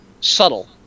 subtle